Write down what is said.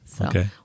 Okay